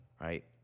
right